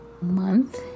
month